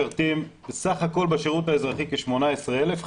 בסך הכול בשירות האזרחי יש כ-18,000 משרתים,